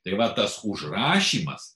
tai vat tas užrašymas